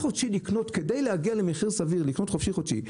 כדי להגיע למחיר סביר לקנות חופשי-חודשי,